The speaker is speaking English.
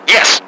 Yes